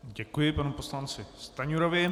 Děkuji panu poslanci Stanjurovi.